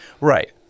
Right